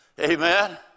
Amen